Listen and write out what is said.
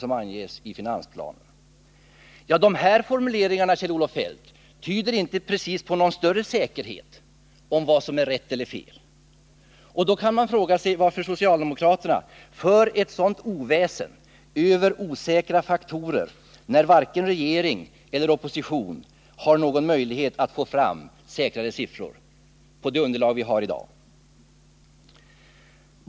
som anges i finansplanen.” De här formuleringarna, Kjell-Olof Feldt, tyder inte precis på någon större säkerhet om vad som är rätt och fel. Man kan fråga sig varför socialdemokraterna för ett sådant oväsen över osäkra faktorer, när varken regering eller opposition har någon möjlighet att få fram säkrare siffror på det underlag vi har i dag.